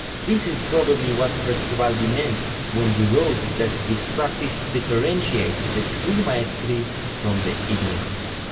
this is probably what frescobaldi meant when he wrote that this practice differentiates the true maestri from the ignorants.